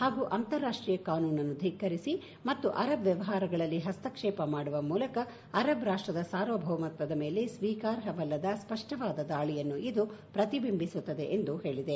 ಹಾಗೂ ಅಂತಾರಾಷ್ಟೀಯ ಕಾನೂನನ್ನು ಧಿಕ್ಕರಿಸಿ ಮತ್ತು ಅರಬ್ ವ್ಯವಹಾರಗಳಲ್ಲಿ ಹಸ್ತಕ್ಷೇಪ ಮಾಡುವ ಮೂಲಕ ಸಹೋದರ ಅರಬ್ ರಾಷ್ಟದ ಸಾರ್ವಭೌಮತ್ವದ ಮೇಲೆ ಸ್ವೀಕಾರ್ಹವಲ್ಲದ ಸ್ಪ ಡ್ವವಾದ ದಾಳಿಯನ್ನು ಇದು ಪ್ರತಿಬಿಂಬಿಸುತ್ತದೆ ಎಂದು ಹೇಳಿದೆ